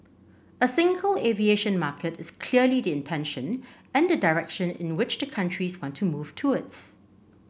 a single aviation market is clearly the intention and the direction in which the countries want to move towards